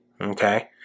okay